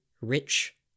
rich